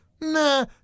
nah